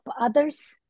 others